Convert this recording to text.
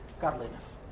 godliness